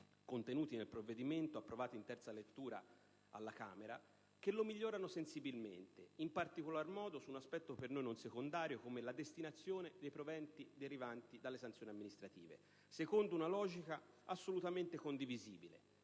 contenuti nel provvedimento approvato in terza lettura alla Camera che lo migliorano sensibilmente, in particolare su un punto per noi non secondario, come la destinazione dei proventi derivanti dalle sanzioni amministrative. Secondo una logica assolutamente condivisibile,